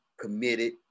committed